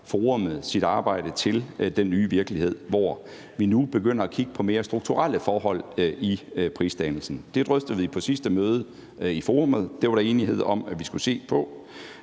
tilpasser arbejdet til den nye virkelighed, hvor vi nu begynder at kigge på mere strukturelle forhold i prisdannelsen. Det drøftede vi på sidste møde i forummet, og det var der enighed om at vi skulle se på.